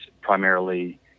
primarily